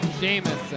Jameson